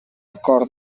acord